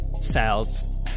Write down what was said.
cells